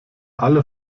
alle